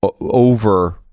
over